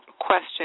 question